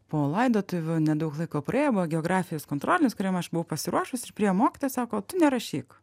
po laidotuvių nedaug laiko praėjo buvo geografijos kontrolinis kuriam aš buvau pasiruošus ir priėjo mokytoja sako tu nerašyk